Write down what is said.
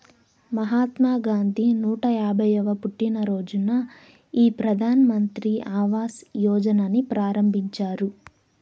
మహాత్మా గాంధీ నూట యాభైయ్యవ పుట్టినరోజున ఈ ప్రధాన్ మంత్రి ఆవాస్ యోజనని ప్రారంభించారు